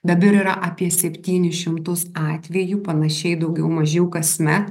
dabar yra apie septynis šimtus atvejų panašiai daugiau mažiau kasmet